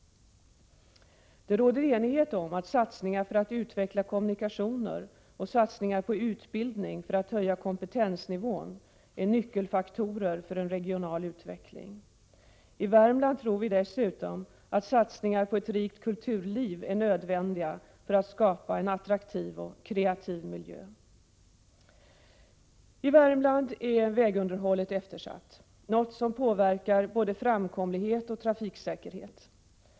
Det råder enighet om att satsningar för att utveckla kommunikationer och satsningar på utbildning för att höja kompetensnivån är nyckelfaktorer för en regional utveckling. I Värmland tror vi dessutom att satsningar på ett rikt kulturliv är nödvändiga för att skapa en attraktiv och kreativ miljö. I Värmland är vägunderhållet eftersatt, något som påverkar både fram komlighet och trafiksäkerhet.